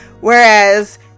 whereas